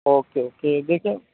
okay ٹھیک دیکھیے